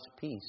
peace